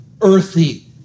earthy